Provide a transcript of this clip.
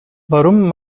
warum